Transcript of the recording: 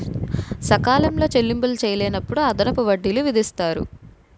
సకాలంలో చెల్లింపులు చేయలేనప్పుడు అదనపు వడ్డీలు విధిస్తారు